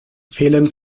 fehlen